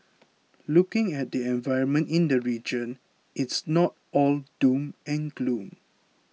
looking at the environment in the region it's not all doom and gloom